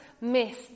miss